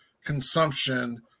consumption